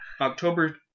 October